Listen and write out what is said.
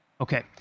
Okay